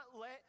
let